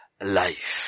life